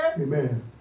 Amen